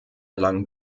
lang